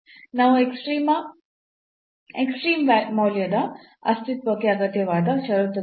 ನಂತರ ಎಕ್ಸ್ಟ್ರೀಮ್ ಮೌಲ್ಯದ ಅಸ್ತಿತ್ವಕ್ಕೆ ಅಗತ್ಯವಾದ ಷರತ್ತುಗಳು